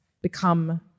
become